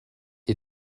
est